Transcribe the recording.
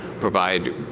provide